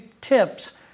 tips